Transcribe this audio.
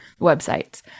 websites